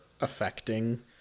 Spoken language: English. affecting